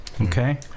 Okay